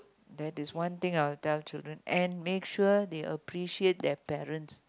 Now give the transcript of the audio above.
that is one thing I will tell children and make sure they appreciate their parents